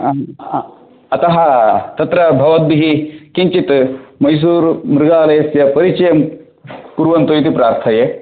आम् अतः तत्र भवद्भिः किञ्चित् मैसूरुमृगालस्य परिचयं कुर्वन्तु इति प्रार्थये